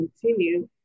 continue